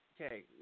Okay